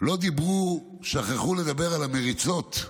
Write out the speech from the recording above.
לא דיברו, שכחו לדבר על המריצות,